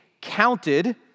counted